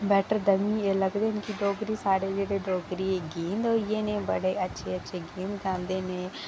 better जेह्ड़े लगदे न कि साढ़े जेह्ड़े साढ़े डोगरी गीत न गीत होइये न बड़े अच्छे अच्छे गीत गांदे न